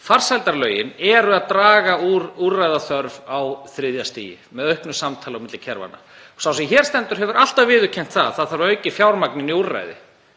farsældarlögin er að draga úr úrræðaþörf á þriðja stigi með auknu samtali á milli kerfanna. Sá sem hér stendur hefur alltaf viðurkennt að það þarf aukið fjármagn inn í úrræði.